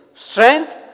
strength